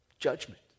judgment